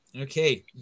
okay